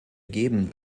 geben